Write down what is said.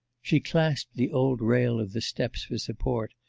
she clasped the old rail of the steps for support,